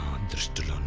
understood?